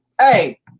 Hey